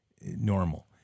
normal